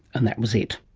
and that was it.